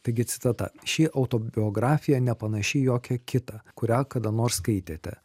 taigi citata ši autobiografija nepanaši į jokią kitą kurią kada nors skaitėte